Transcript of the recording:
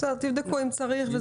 תבדקו אם צריך.